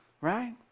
Right